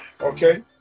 Okay